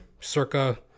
Circa